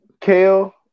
Kale